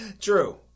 True